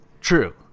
True